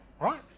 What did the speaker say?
right